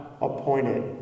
appointed